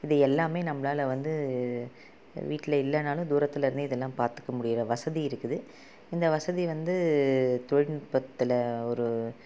இது எல்லாமே நம்மளால வந்து வீட்டில் இல்லைனாலும் தூரத்தில் இருந்தே இதெல்லாம் பார்த்துக்க முடிகிற வசதி இருக்குது இந்த வசதி வந்து தொழில்நுட்பத்தில் ஒரு